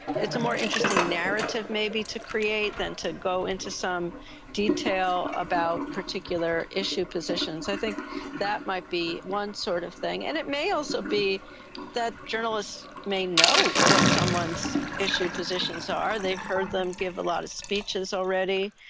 it's a more interesting narrative may be to create than to go into some detail about particular issue positions. i think that might be one sort of thing, and it may also be that journalists may know what someone's issue positions are, they've heard them give a lot of speeches already,